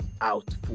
out